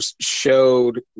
showed